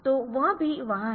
तो वह भी वहा है